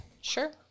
Sure